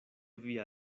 via